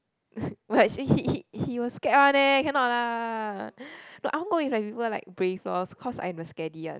but actually he he he will scared one leh cannot lah no I want go with people like brave lor cause I am the scaredy one